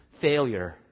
failure